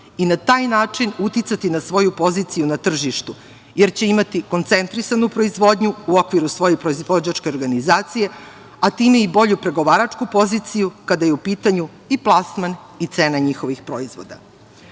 i na taj način uticati na svoju poziciju na tržištu, jer će imati koncentrisanu proizvodnju u okviru svoje proizvođačke organizacije, a time i bolju pregovaračku poziciju kada je u pitanju i plasman i cena njihovih proizvoda. Ono